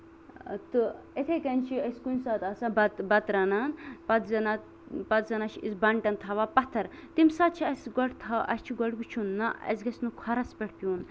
تہٕ یِتھٕے کَنۍ چھُ أسۍ کُنہِ ساتہٕ آسان بَتہٕ بتہٕ رَنان پَتہٕ زینان چھِ أسۍ بَنٹن تھاوان پَتھر تَمہِ ساتہٕ چھُ اَسہِ گۄڈٕ تھاوان اَسہِ چھُ گۄڈٕ وٕچھُن نہ اَسہِ گژھِ نہٕ کھۄرَس پٮ۪ٹھ پیوٚن